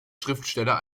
schriftsteller